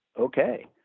okay